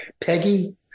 Peggy